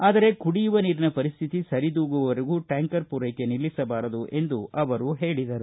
ಆದರೆ ಕುಡಿಯುವ ನೀರಿನ ಪರಿಸ್ತಿತಿ ಸರಿದೂಗುವವರೆಗೂ ಟ್ಯಾಂಕರ್ ಪೂರೈಕೆ ನಿಲ್ಲಿಸಬಾರದು ಎಂದು ಅವರು ಹೇಳಿದರು